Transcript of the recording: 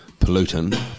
pollutant